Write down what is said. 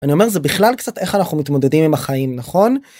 אני אומר, זה בכלל קצת איך אנחנו מתמודדים עם החיים, נכון?